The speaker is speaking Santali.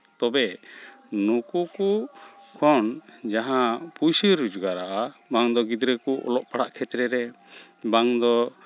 ᱛᱚᱵᱮ ᱱᱩᱠᱩ ᱠᱚ ᱠᱷᱚᱱ ᱡᱟᱦᱟᱸ ᱯᱩᱭᱥᱟᱹ ᱨᱳᱡᱽᱜᱟᱨᱚᱜᱼᱟ ᱵᱟᱝ ᱫᱚ ᱜᱤᱫᱽᱨᱟᱹ ᱠᱚ ᱚᱞᱚᱜ ᱯᱟᱲᱦᱟᱜ ᱠᱷᱮᱛᱨᱮ ᱨᱮ ᱵᱟᱝ ᱫᱚ